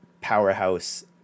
powerhouse